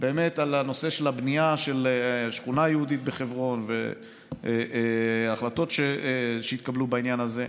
על הנושא של הבנייה של שכונה יהודית בחברון והחלטות שהתקבלו בעניין הזה.